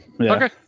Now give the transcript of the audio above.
Okay